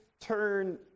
turn